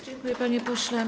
Dziękuję, panie pośle.